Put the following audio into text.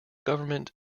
government